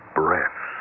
breath